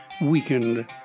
weakened